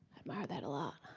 i admire that a lot.